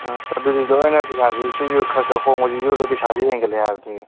ꯑꯁ ꯑꯗꯨꯗꯤ ꯂꯣꯏꯅ ꯄꯩꯁꯥꯁꯦ ꯁꯤꯁꯨ ꯈꯔ ꯈꯔ ꯍꯣꯡꯕꯁꯤꯁꯨ ꯂꯣꯏ ꯄꯩꯁꯥꯁꯦ ꯍꯦꯟꯒꯠꯂꯦ ꯍꯥꯏꯕꯅꯤꯅꯦ